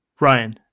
Ryan